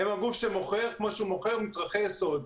הם הגוף שמוכר כמו שהוא מוכר מצרכי יסוד.